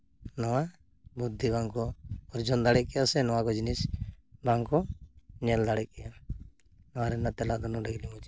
ᱱᱚᱣᱟ ᱵᱩᱫᱽᱫᱷᱤ ᱵᱟᱝᱠᱚ ᱚᱨᱡᱚᱱ ᱫᱟᱲᱮᱜ ᱠᱮᱭᱟ ᱥᱮ ᱱᱚᱣᱟᱠᱚ ᱡᱤᱱᱤᱥ ᱵᱟᱝᱠᱚ ᱧᱮᱞ ᱫᱟᱲᱮ ᱠᱮᱭᱟ ᱱᱚᱣᱟ ᱨᱮᱱᱟᱜ ᱛᱮᱞᱟ ᱫᱚ ᱱᱚᱸᱰᱮ ᱜᱮᱞᱤᱧ ᱢᱩᱪᱟᱹᱫ ᱠᱮᱫᱟ